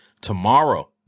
Tomorrow